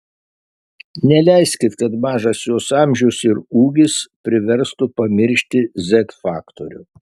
neleiskit kad mažas jos amžius ir ūgis priverstų pamiršti z faktorių